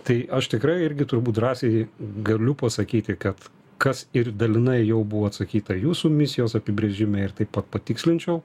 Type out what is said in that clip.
tai aš tikrai irgi turbūt drąsiai galiu pasakyti kad kas ir dalinai jau buvo atsakyta jūsų misijos apibrėžime ir taip pat patikslinčiau